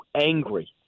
angry